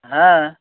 হ্যাঁ